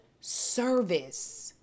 service